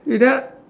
without